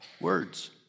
Words